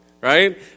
right